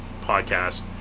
podcast